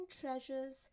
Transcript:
treasures